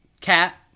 Cat